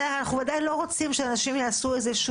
אבל אנחנו עדיין לא רוצים שאנשים יעשו איזושהי